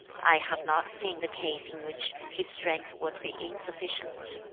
i have not seen the case in which his strength would be insufficient.